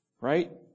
Right